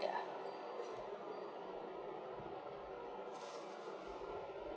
yeah